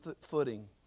footing